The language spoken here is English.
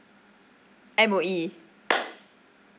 M_O_E